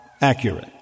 accurate